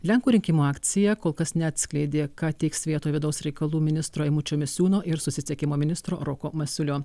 lenkų rinkimų akcija kol kas neatskleidė ką teiks vietoj vidaus reikalų ministro eimučio misiūno ir susisiekimo ministro roko masiulio